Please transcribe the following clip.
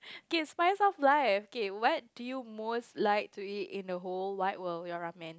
K spice of life okay what do you most like to eat in the whole wide world your ramen